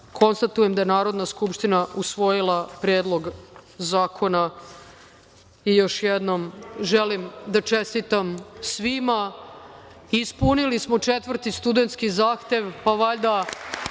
poslanika. Konstatujem da je Narodna skupština usvojila Predlog zakona. Još jednom želim da čestitam svima. Ispunili smo četvrti studenski zahtev, pa valjda